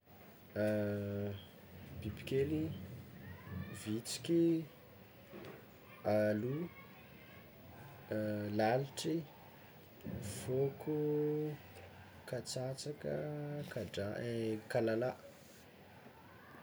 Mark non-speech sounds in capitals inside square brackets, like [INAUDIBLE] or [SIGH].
[HESITATION] Bibikely: vitsiky, [HESITATION] alo, [HESITATION] lalitry, fonko, katsatsaka, kadra- kalalà.